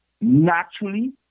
naturally